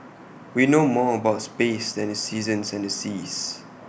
we know more about space than the seasons and the seas